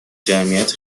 جمعیت